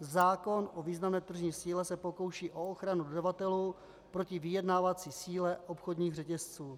Zákon o významné tržní síle se pokouší o ochranu dodavatelů proti vyjednávací síle obchodních řetězců.